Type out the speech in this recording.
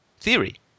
theory